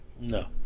No